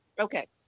Okay